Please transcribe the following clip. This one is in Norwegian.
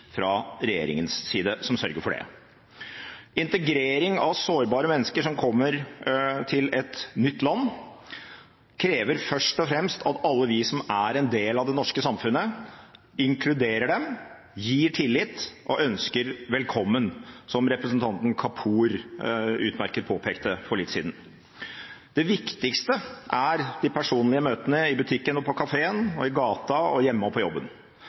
fra regjeringens side som sørger for det. Integrering av sårbare mennesker som kommer til et nytt land, krever først og fremst at alle vi som er en del av det norske samfunnet, inkluderer dem, gir tillit og ønsker velkommen, som representanten Kapur utmerket påpekte for litt siden. Det viktigste er de personlige møtene i butikken, på kafeen, i gata, hjemme og på jobben. Hvis vi møter folk med frykt og